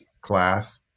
class